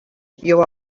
you